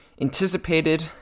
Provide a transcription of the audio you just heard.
anticipated